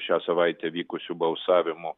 šią savaitę vykusių balsavimų